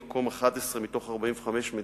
היינו במקום 11 מתוך 45 מדינות,